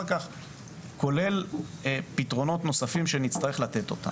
כולל פתרונות נוספים שנצטרך לתת.